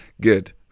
Good